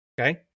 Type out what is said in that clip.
okay